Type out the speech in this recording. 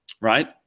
right